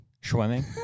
Swimming